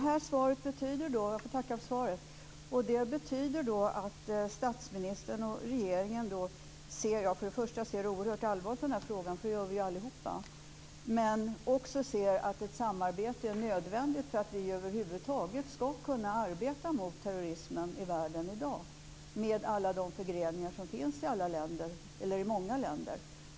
Fru talman! Jag får tacka för svaret. Det betyder att statsministern och regeringen ser oerhört allvarligt på den här frågan, och det gör vi ju allihop. Men man ser också att ett samarbete är nödvändigt för att vi över huvud taget ska kunna arbeta mot terrorismen i världen i dag med alla de förgreningar som finns i många länder.